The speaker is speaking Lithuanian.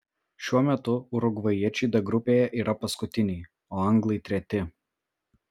šiuo metu urugvajiečiai d grupėje yra paskutiniai o anglai treti